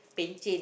pencen